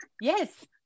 Yes